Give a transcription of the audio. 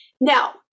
now